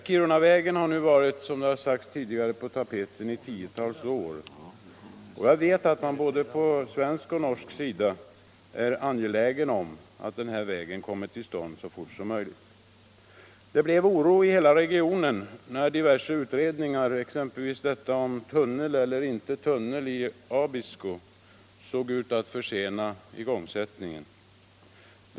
Kirunavägen har, som sagts tidigare, varit på tapeten i tiotals år och jag vet att man både på svensk och norsk sida är angelägen om att den kommer till stånd så fort som möjligt. Det blev oro i regionen när diverse utredningar —- exempelvis den om tunnel eller inte tunnel i Abisko — såg ut att försena igångsättningen.